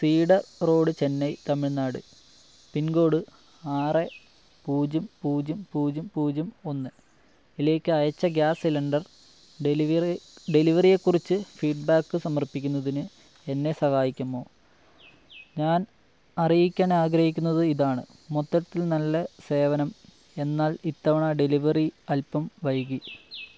cider road Chennai Tamil Nadu pincode ആറ് പൂജ്യം പൂജ്യം പൂജ്യം പൂജ്യം ഒന്ന് ലേക്ക് അയച്ച ഗ്യാസ് സിലിണ്ടർ ഡെലിവറി ഡെലിവറിയെക്കുറിച്ച് ഫീഡ്ബാക്ക് സമർപ്പിക്കുന്നതിന് എന്നെ സഹായിക്കുമോ ഞാൻ അറിയിക്കാൻ ആഗ്രഹിക്കുന്നത് ഇതാണ് മൊത്തത്തിൽ നല്ല സേവനം എന്നാൽ ഇത്തവണ ഡെലിവറി അൽപ്പം വൈകി